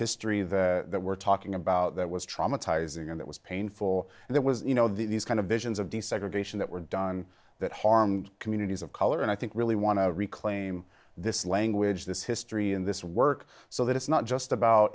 history of the that we're talking about that was traumatizing and that was painful and that was you know these kind of visions of desegregation that were done that harmed communities of color and i think really want to reclaim this language this history in this work so that it's not just about